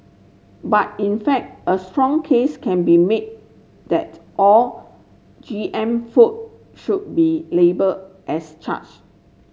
but in fact a strong case can be made that all G M food should be labelled as